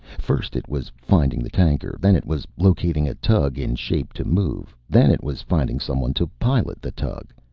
first it was finding the tanker, then it was locating a tug in shape to move, then it was finding someone to pilot the tug.